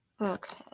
Okay